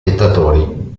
spettatori